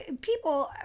People